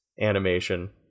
animation